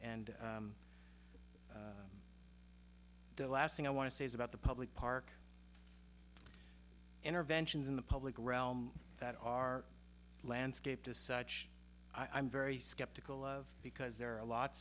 and the last thing i want to say is about the public park interventions in the public realm that are landscaped as such i'm very skeptical of because there are lots